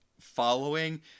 following